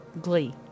Glee